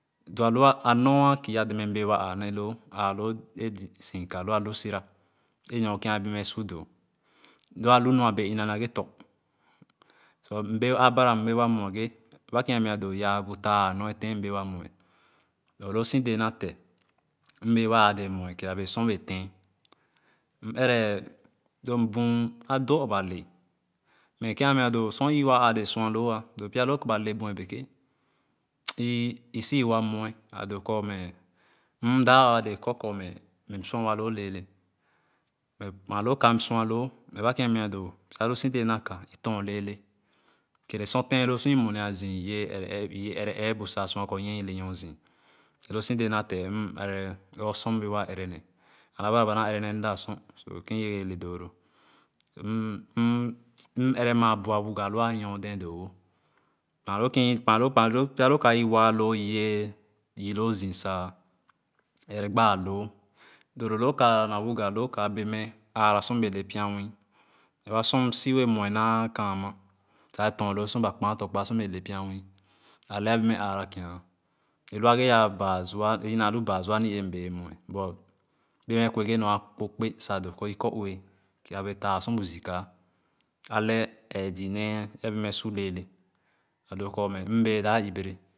Do a lua a nor a kii a deme m bee wa ãã nee loo ãã loo zii sira ika ee lo alu sira ee nor-kèn bee me su doo lo a lu bee i-na nage tɔ̃ a bara m bee wa mue ghe kèn a meah doo yaa taa-ee-nor ee tèn m bee wa mue ghe kpuh loo si dee nate m bee wa ãã dee mue kere a bee sor m bee tèn mere lo mbun a do aba le me kin meah do sor iwa aa dee sua loo do pya loo ka bale bue beke ii isi wa mue a doo kor me m dap aa dee kor korme me m sua wa-loo leelee me kuma loo ka m sua loo egereba kèn a meah doo sa lu si dee na ka sa i torn leele kere sor tèn loo sor imue nia zia iyee ere ee iyee ere eebu sa sua kor oyie i le nor zii me loo si dee nate m ere lorgor sor mbee wa ere nee abara ba naa ere nee mda sor so kèn i bee le doo lom mm ere ma bua-wuga lo a nyo dee doo-wo kpa lo kie kpa loo kpa loo pya lo ka i waa loo i yee yii loo zii sa ere gbaaloo doodo lo ka na wuga lo ka bee me aara su m bee le pya nwii ere ba sor msi wee mue na kaama sa ye torn loo sor mbee le pya nwii ake abee me aara kii ee lua ge yaa baa zua ee inaa lu baa zua a ni ee mbee ye mue but bee me kue ghe nɔɔ-akpo pèè sa doo kor ikor-ue gere abee taah sor bu zii ka eeh zii nee ee a bee me sor leele a doo, kor me mbee dap ibere.